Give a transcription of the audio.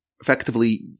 effectively